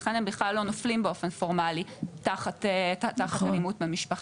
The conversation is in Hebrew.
לכן הם בכלל לא נופלים באופן פורמלי תחת אלימות במשפחה.